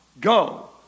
Go